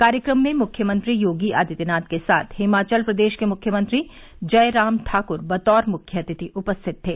कार्यक्रम में मुख्यमंत्री योगी आदित्यनाथ के साथ हिमाचल प्रदेश के मुख्यमंत्री जयराम ठाकुर बतौर मुख्य अतिथि उपस्थित थे